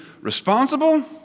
responsible